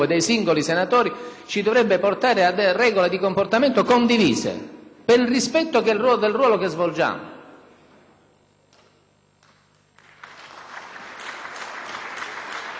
ci dovrebbe portare a regole di comportamento condivise, per il rispetto del ruolo che svolgiamo.